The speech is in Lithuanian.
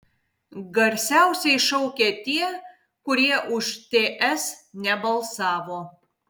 garsiausiai šaukia tie kurie už ts nebalsavo